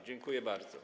Dziękuję bardzo.